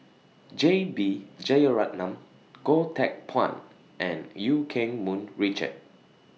J B Jeyaretnam Goh Teck Phuan and EU Keng Mun Richard